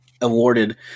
awarded